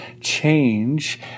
change